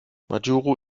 majuro